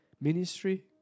ministry